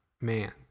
man